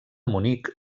munic